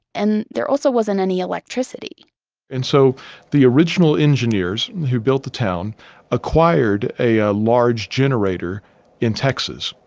and there also wasn't any electricity and so the original engineers who built the town acquired a ah large generator in texas.